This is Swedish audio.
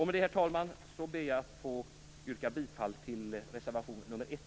Med det, herr talman, ber jag att få yrka bifall till reservation nr 1.